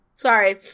Sorry